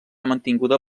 mantinguda